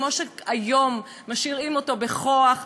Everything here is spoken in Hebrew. כמו שהיום משאירים אותו בכוח,